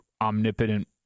omnipotent